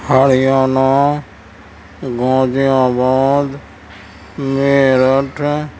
Haryana Ghaziabad Meerut